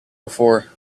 before